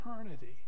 eternity